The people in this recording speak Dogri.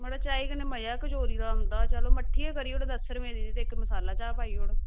मड़ो चाही कन्नै मज़ा गै कचौरी दा औंदा मट्ठी गै करी ओड़ दस्सें दी इक्क मसाला चाह् गै करी ओड़